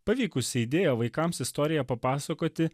pavykusi idėja vaikams istoriją papasakoti